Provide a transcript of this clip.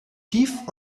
tief